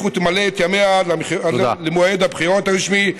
ותמלא את ימיה עד למועד הבחירות הרשמי,